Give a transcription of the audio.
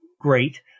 great